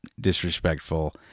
disrespectful